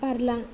बारलां